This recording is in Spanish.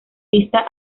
pista